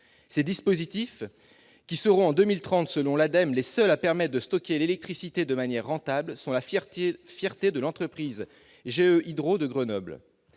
Ces dispositifs, qui seront en 2030, selon l'ADEME, les seuls à permettre de stocker l'électricité de manière rentable, sont la fierté de l'entreprise GE Hydro de Grenoble.